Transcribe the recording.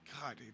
God